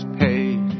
paid